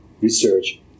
research